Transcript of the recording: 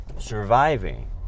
surviving